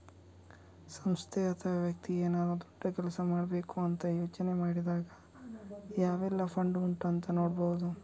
ಸಂಸ್ಥೆ ಅಥವಾ ವ್ಯಕ್ತಿ ಏನಾದ್ರೂ ದೊಡ್ಡ ಕೆಲಸ ಮಾಡ್ಬೇಕು ಅಂತ ಯೋಚನೆ ಮಾಡಿದಾಗ ಯಾವೆಲ್ಲ ಫಂಡ್ ಉಂಟು ಅಂತ ನೋಡ್ಬಹುದು